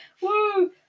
Woo